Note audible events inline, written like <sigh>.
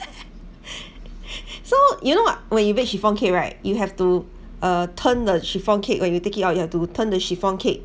<laughs> so you know ah when you bake chiffon cake right you have to uh turn the chiffon cake when you take it out you have to turn the chiffon cake